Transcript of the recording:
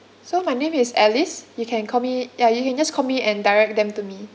so my name is alice you can call me ya you can just call me and direct them to me